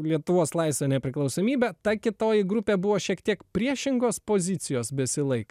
lietuvos laisvę nepriklausomybę ta kitoji grupė buvo šiek tiek priešingos pozicijos besilaiką